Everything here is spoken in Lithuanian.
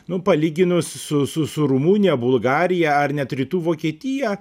nu palyginus su su su rumunija bulgarija ar net rytų vokietija